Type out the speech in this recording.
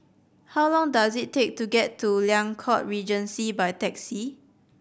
how long does it take to get to Liang Court Regency by taxi